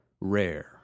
rare